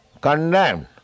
condemned